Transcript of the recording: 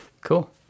cool